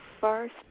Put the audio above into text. first